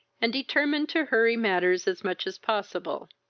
and determined to hurry matters as much as possible.